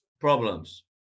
problems